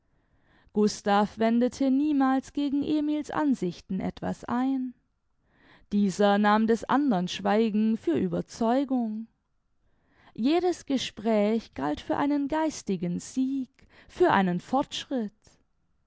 gustav wendete niemals gegen emil's ansichten etwas ein dieser nahm des andern schweigen für ueberzeugung jedes gespräch galt für einen geistigen sieg für einen fortschritt